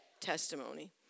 testimony